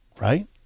right